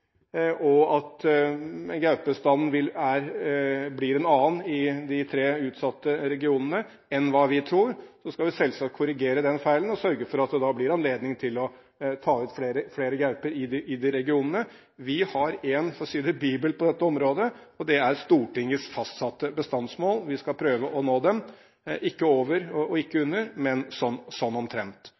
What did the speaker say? og at gaupebestanden blir en annen i de tre utsatte regionene enn hva vi tror, skal vi selvsagt korrigere den feilen og sørge for at det da blir anledning til å ta ut flere gauper i de regionene. Vi har, for å si det slik, en bibel på dette området, og det er Stortingets fastsatte bestandsmål. Vi skal prøve å nå dem – ikke over og ikke under, men sånn omtrent.